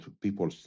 people